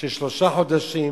שזה שלושה חודשים